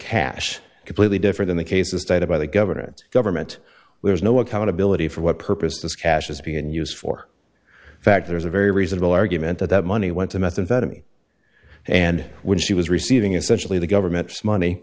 cash completely different in the cases cited by the government government was no accountability for what purpose this cash is being used for fact there's a very reasonable argument that that money went to methamphetamine and when she was receiving essentially the government's money